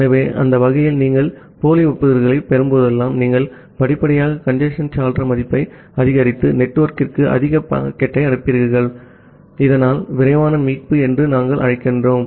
ஆகவே அந்த வகையில் நீங்கள் போலி ஒப்புதல்களைப் பெறும்போதெல்லாம் நீங்கள் படிப்படியாக கஞ்சேஸ்ன் சாளர மதிப்பை அதிகரித்து நெட்வொர்க்கிற்கு அதிக பாக்கெட்டை அனுப்புகிறீர்கள் இதனால் விரைவான மீட்பு என்று நாங்கள் அழைக்கிறோம்